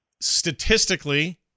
statistically